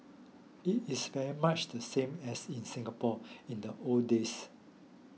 it is very much the same as in Singapore in the old days